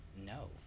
no